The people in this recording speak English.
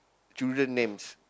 children names